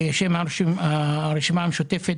בשם הרשימה המשותפת,